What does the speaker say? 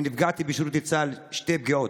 אני נפגעתי בשירותי בצה"ל שתי פגיעות,